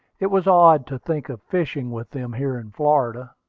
it was odd to think of fishing with them here in florida.